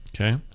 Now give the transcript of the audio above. Okay